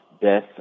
Death